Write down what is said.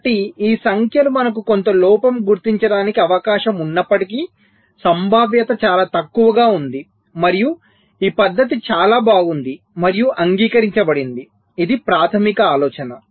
కాబట్టి ఈ సంఖ్యలు మనకు కొంత లోపం గుర్తించబడటానికి అవకాశం ఉన్నప్పటికీ సంభావ్యత చాలా తక్కువగా ఉంది మరియు ఈ పద్ధతి చాలా బాగుంది మరియు అంగీకరించబడింది ఇది ప్రాథమిక ఆలోచన